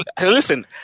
listen